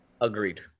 Agreed